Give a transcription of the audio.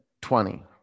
twenty